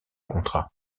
contrat